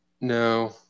No